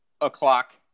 o'clock